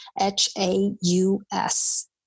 h-a-u-s